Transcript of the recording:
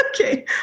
okay